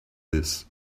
this